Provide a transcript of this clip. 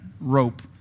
rope